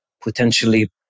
potentially